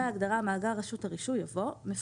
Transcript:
ההגדרה "מאגר רשות הרישוי" יבוא: ""מפקח"